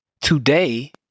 today